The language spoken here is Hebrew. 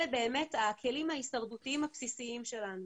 אלה באמת הכלים ההישרדותיים הבסיסיים שלנו.